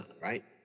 right